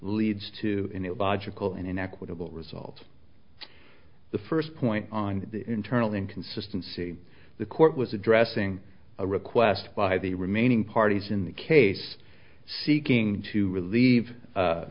leads to an it logical and an equitable result the first point on the internal inconsistency the court was addressing a request by the remaining parties in the case seeking to relieve